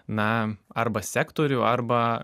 na arba sektorių arba